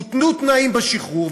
הותנו תנאים בשחרור,